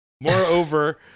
Moreover